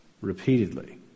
repeatedly